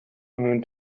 learn